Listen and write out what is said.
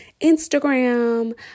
Instagram